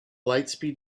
lightspeed